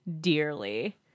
dearly